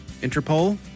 Interpol